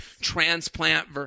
transplant –